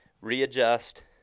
readjust